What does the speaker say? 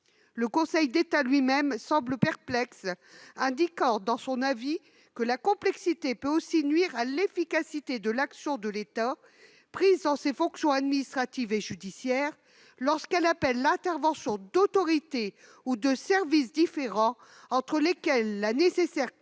Le Conseil d'État lui-même semble perplexe. Dans son avis, il indique :« Cette complexité peut aussi nuire à l'efficacité de l'action de l'État prise dans ses fonctions administratives et judiciaires, lorsqu'elle appelle l'intervention d'autorités ou de services différents, entre lesquels la nécessaire coopération